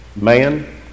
man